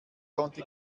konnte